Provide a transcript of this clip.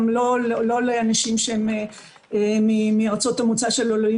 לא לאנשים שהם מארצות המוצא של עולים